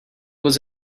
was